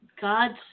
God's